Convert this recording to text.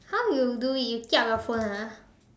how you do it you kiap your phone ah